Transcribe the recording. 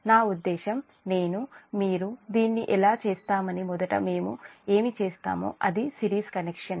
నా ఉద్దేశ్యం మొదట మేము ఏమి చేస్తామో అది సిరీస్ కనెక్షన్